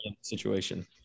Situation